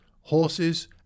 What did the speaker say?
horses